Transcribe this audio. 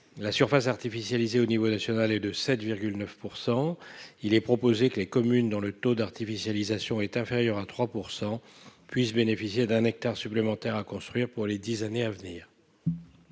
La surface artificialisée est de 7,9 % à l'échelon national. Nous proposons que les communes dont le taux d'artificialisation est inférieur à 3 % puissent bénéficier d'un hectare supplémentaire à construire pour les dix années à venir.